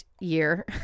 year